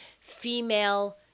female